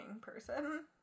person